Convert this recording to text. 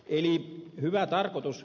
eli hyvä tarkoitus